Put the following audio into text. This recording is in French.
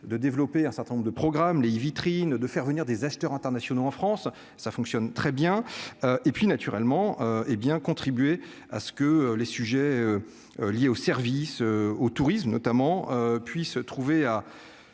de développer un certain nombre de programmes, les vitrines de faire venir des acheteurs internationaux en France, ça fonctionne très bien et puis naturellement, hé bien contribuer à ce que les sujets liés aux services au tourisme notamment, puis trouver à